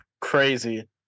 crazy